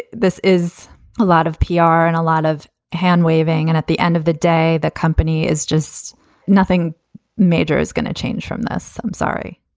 this is a lot of pr and a lot of handwaving. and at the end of the day, the company is just nothing major is going to change from this. i'm sorry.